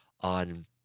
on